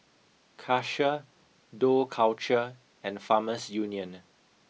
Karcher Dough Culture and Farmers Union